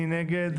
מי נגד?